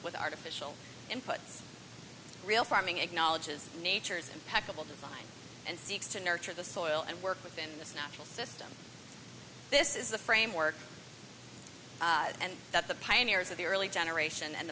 with artificial inputs real farming acknowledges nature's impeccable design and seeks to nurture the soil and work within the snuffle system this is the framework and that the pioneers of the early generation and